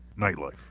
nightlife